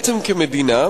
כמדינה,